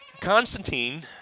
Constantine